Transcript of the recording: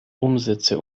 umsätze